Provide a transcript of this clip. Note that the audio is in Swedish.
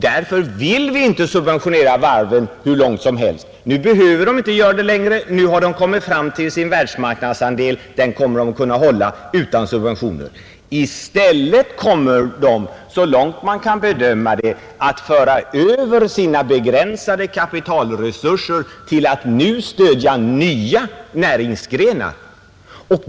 Därför vill de inte subventionera varven hur långt som helst. Nu behöver de heller inte göra det. De har nått sin världsmarknadsandel. Den kommer de att kunna hålla utan lika stora subventioner som förr. I stället kommer de, så långt vi kan bedöma det, att föra över sina begränsade kapitalresurser till att stödja nya näringsgrenar.